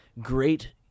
great